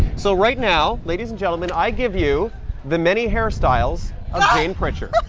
so right now, ladies and gentlemen, i give you the many hairstyles of